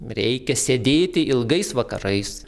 reikia sėdėti ilgais vakarais